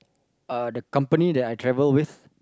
uh the company that I travel with